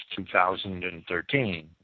2013